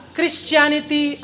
Christianity